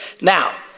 Now